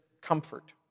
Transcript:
comfort